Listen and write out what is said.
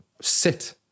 sit